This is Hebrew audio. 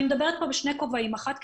אני מדברת פה בשני כובעים אחד,